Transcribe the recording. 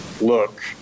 look